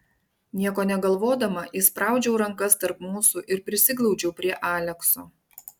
nieko negalvodama įspraudžiau rankas tarp mūsų ir prisiglaudžiau prie alekso